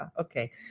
Okay